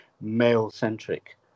male-centric